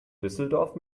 düsseldorf